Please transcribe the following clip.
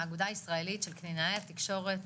מהאגודה הישראלית של קלינאי התקשורת,